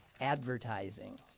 advertising